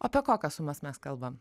apie kokias sumas mes kalbam